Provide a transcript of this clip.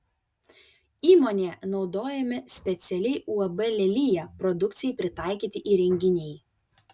įmonėje naudojami specialiai uab lelija produkcijai pritaikyti įrenginiai